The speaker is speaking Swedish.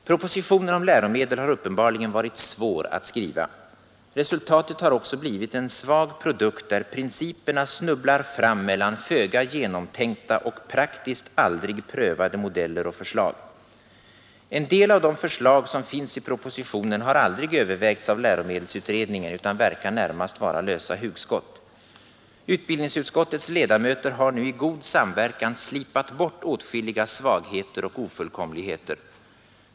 Propositionen om läromedel har uppenbarligen varit svår att skriva. Resultatet har också blivit en svag produkt där principerna snubblar fram mellan föga genomtänkta och praktiskt aldrig prövade modeller och förslag. En del av de förslag som finns i propositionen har aldrig övervägts av läromedelsutredningen utan verkar närmast vara lösa hugskott. Utbildningsutskottets ledamöter har nu i god samverkan slipat bort åtskilliga svagheter och ofullkomligheter.